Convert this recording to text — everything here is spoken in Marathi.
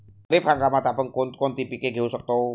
खरीप हंगामात आपण कोणती कोणती पीक घेऊ शकतो?